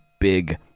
big